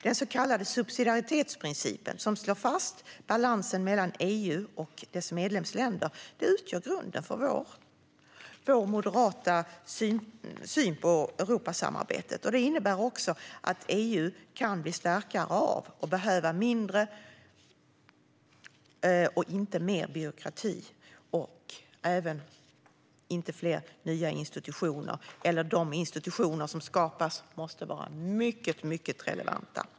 Den så kallade subsidiaritetsprincipen, som slår fast balansen mellan EU och dess medlemsländer, utgör grunden för Moderaternas syn på Europasamarbetet. Det innebär också att EU kan bli starkare av och behöver mindre byråkrati, inte mer, och färre nya institutioner. De institutioner som skapas måste vara mycket relevanta.